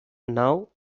now